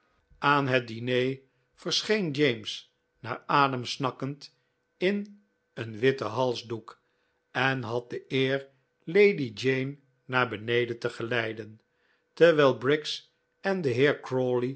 aan het diner verscheen james naar adem snakkend in een witten halsdoek en had de eer lady jane naar beneden te geleiden terwijl briggs en de